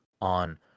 on